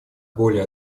более